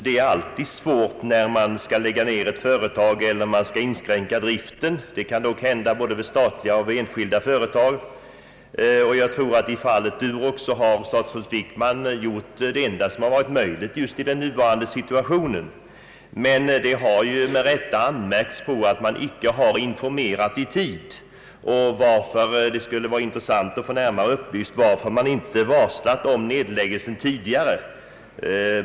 Det är alltid svårt när man skall lägga ned ett företag eller inskränka driften. Något sådant kan dock hända i både statliga och enskilda företag. Jag tror att statsrådet Wickman i fallet Durox har gjort det enda som varit möjligt i den nuvarande situationen. Men det har ju med rätta anmärkts på att man inte har informerat i tid. Det skulle vara intressant att få närmare upplysning om varför man inte varslat om arbetsnedläggelsen tidigare.